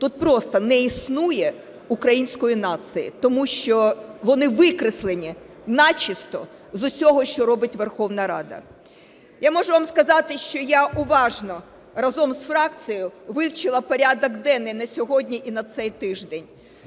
тут просто не існує української нації, тому що вони викреслені начисто з усього, що робить Верховна Рада. Я можу вам сказати, що я уважно разом з фракцією вивчила порядок денний на сьогодні і на цей тиждень.